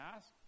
Ask